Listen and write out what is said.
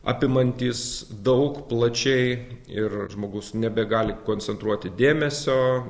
apimantys daug plačiai ir žmogus nebegali koncentruoti dėmesio